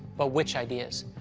but which ideas?